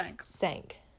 sank